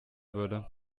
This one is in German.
würde